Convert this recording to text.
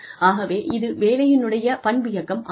ஆகவே இது வேலையினுடைய பண்பியக்கம் ஆகும்